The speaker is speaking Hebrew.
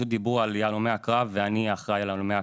דיברו על הלומי הקרב ואני אחראי על הלומי הקרב.